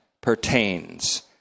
pertains